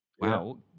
Wow